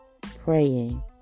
Praying